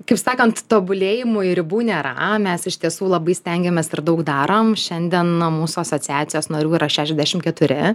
kaip sakant tobulėjimui ribų nėra mes iš tiesų labai stengiamės daug darom šiandien na mūsų asociacijos narių yra šešiasdešimt keturi